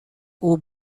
aux